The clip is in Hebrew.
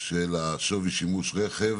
שווי שימוש רכב,